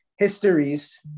histories